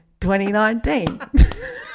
2019